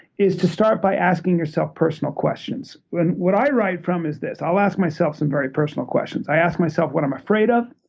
is to start by asking yourself personal questions. what i write from is this. i'll ask myself some very personal questions. i ask myself what i'm afraid of,